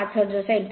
5 hertz असेल